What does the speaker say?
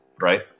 right